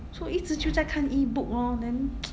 so 一直就在看 Ebook lor then